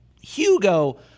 Hugo